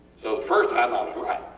so the first time i was right.